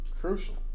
Crucial